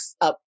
up